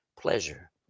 pleasure